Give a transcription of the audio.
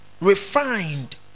refined